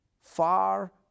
far